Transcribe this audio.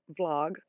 vlog